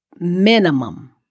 minimum